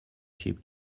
ship